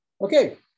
Okay